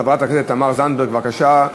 חברת הכנסת תמר זנדברג, בבקשה.